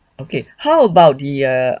okay how about the err